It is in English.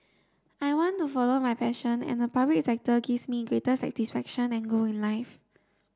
I want to follow my passion and the public sector gives me greater satisfaction and goal in life